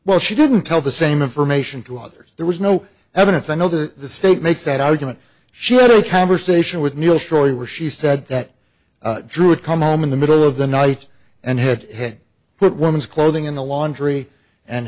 well she didn't tell the same information to others there was no evidence i know the state makes that argument she had a conversation with neil schori where she said that drew a come home in the middle of the night and had had put women's clothing in the laundry and